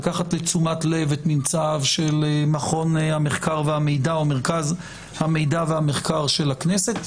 לקחת לתשומת לב את ממצאיו של מרכז המידע והמחקר של הכנסת,